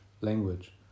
language